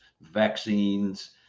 vaccines